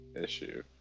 issue